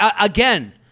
again